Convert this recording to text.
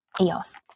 Eos